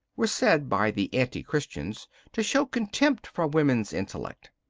were said by the anti-christians to show contempt for woman's intellect.